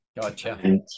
Gotcha